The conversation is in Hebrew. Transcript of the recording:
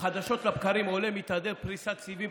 חדשות לבקרים עולה ומתהדר: פריסת סיבים,